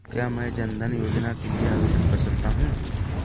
क्या मैं जन धन योजना के लिए आवेदन कर सकता हूँ?